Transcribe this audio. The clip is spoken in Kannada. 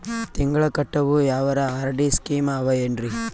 ತಿಂಗಳ ಕಟ್ಟವು ಯಾವರ ಆರ್.ಡಿ ಸ್ಕೀಮ ಆವ ಏನ್ರಿ?